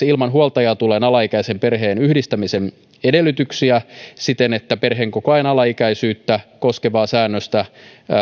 ilman huoltajaa tulleen alaikäisen perheenyhdistämisen edellytyksiä siten että perheenkokoajan alaikäisyyttä koskevaa säännöstä